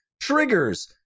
triggers